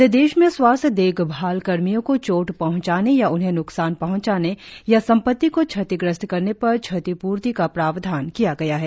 अध्यादेश में स्वास्थ्य देखभाल कर्मियों को चोट पहंचाने या उन्हें न्कसान पहंचाने या संपत्ति को क्षतिग्रस्त करने पर क्षतिप्र्ति का प्रावधान किया गया है